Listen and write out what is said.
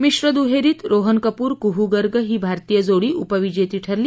मिश्र दुहेरीत रोहन कपूर कुहू गर्ग ही भारतीय जोडी उपविजेती ठरली